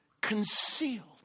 concealed